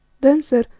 then said